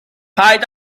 paid